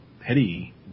petty